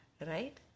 Right